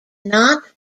not